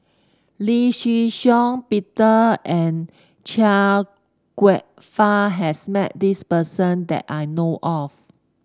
Lee Shih Shiong Peter and Chia Kwek Fah has met this person that I know of